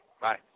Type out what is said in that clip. Bye